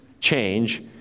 change